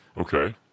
Okay